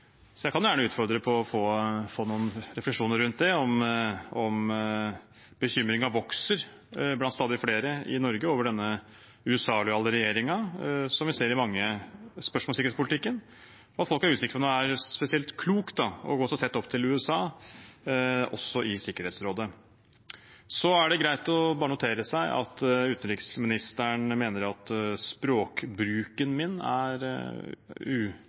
Jeg kan gjerne utfordre henne for å få noen refleksjoner rundt det, og om at bekymringen vokser blant stadig flere i Norge over denne USA-lojale regjeringen vi ser i mange spørsmål i sikkerhetspolitikken, og at folk er usikre på om det er spesielt klokt å gå så tett opp til USA også i Sikkerhetsrådet. Det er greit å notere seg at utenriksministeren mener at språkbruken min er